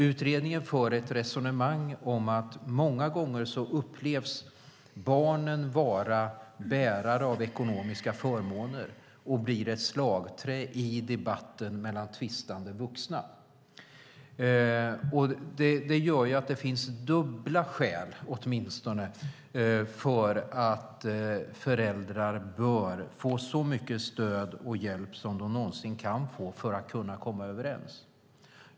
Utredningen för ett resonemang om att barnen många gånger upplevs vara bärare av ekonomiska förmåner och blir ett slagträ i debatten mellan tvistande vuxna. Det gör att det finns dubbla skäl för att föräldrar bör få så mycket stöd och hjälp som de någonsin kan få för att kunna komma överens.